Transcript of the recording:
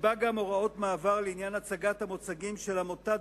נקבעה גם הוראת מעבר לעניין הצגת המוצגים של עמותת